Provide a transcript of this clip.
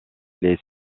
les